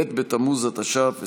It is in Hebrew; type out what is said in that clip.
ב' בתמוז התש"ף,